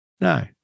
No